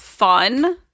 Fun